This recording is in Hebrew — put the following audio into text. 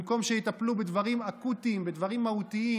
במקום שיטפלו בדברים אקוטיים, בדברים מהותיים,